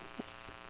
yes